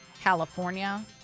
California